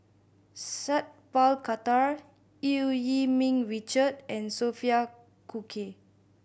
Sat Pal Khattar Eu Yee Ming Richard and Sophia Cooke